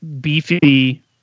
beefy